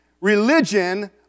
religion